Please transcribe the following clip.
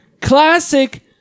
classic